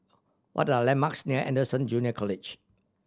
what are landmarks near Anderson Junior College